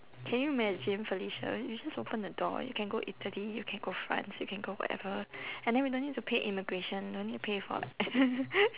can you imagine felicia you just open the door you can go italy you can go france you can go wherever and then we don't need to pay immigration no need to pay for air